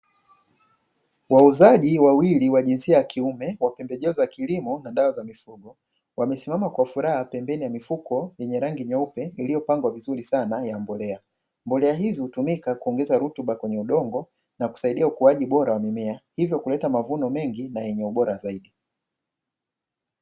Wauzaji wawili wa jinsia ya kiume wa pembejeo za kilimo na dawa za mifugo, wamesimama kwa furaha pembeni ya mifuko yenye rangi nyeupe iliyopangwa vizuri sana ya mbolea. Mbolea hizi hutumika kuongeza rutuba kwenye udongo na kusaidia ukuaji bora wa mimea, hivyo kuleta mavuno mengi na yenye ubora zaidi.